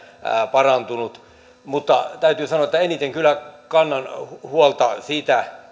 parantunut mutta täytyy sanoa että eniten kyllä kannan huolta siitä